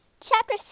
Chapter